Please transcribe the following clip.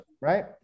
right